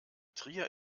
trier